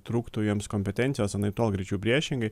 trūktų jiems kompetencijos anaiptol greičiau priešingai